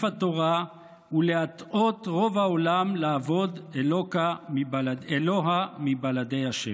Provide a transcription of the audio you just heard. התורה ולהטעות רוב העולם לעבוד אלוה מבלעדי השם".